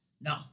No